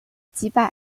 击败